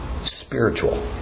spiritual